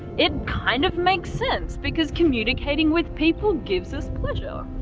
it kind of makes sense because communicating with people gives us pleasure.